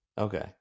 Okay